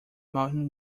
mountain